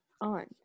on